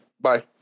Bye